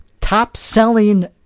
Top-selling